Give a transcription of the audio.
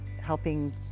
helping